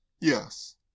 Yes